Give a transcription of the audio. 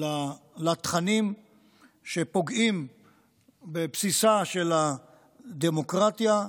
לתכנים שפוגעים בבסיסה של הדמוקרטיה,